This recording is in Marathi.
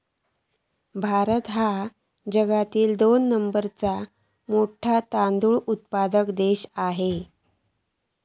भारत ह्यो जगातलो दोन नंबरचो मोठो तांदूळ उत्पादक देश आसा